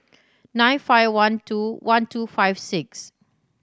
nine five one two one two five six